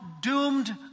doomed